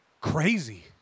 Crazy